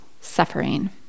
suffering